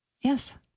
Yes